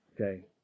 Okay